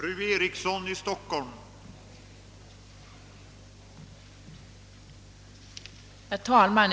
Herr talman!